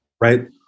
right